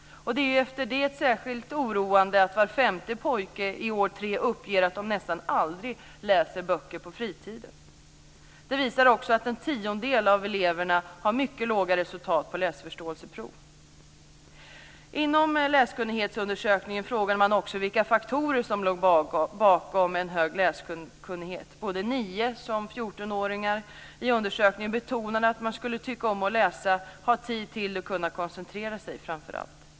Det är efter det särskilt oroande att var femte pojke i år 3 uppger att han nästan aldrig läser böcker på fritiden. Det visar också att en tiondel av eleverna har mycket låga resultat på läsförståelseprov. Inom läskunnighetsundersökningen frågade man också vilka faktorer som låg bakom en hög läskunnighet. Nio såväl som fjortonåringar i undersökningen betonade att man skulle tycka om att läsa, ha tid till det och kunna koncentrera sig, framför allt.